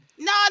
No